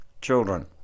Children